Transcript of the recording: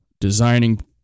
designing